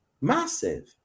massive